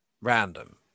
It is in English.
random